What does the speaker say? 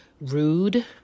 rude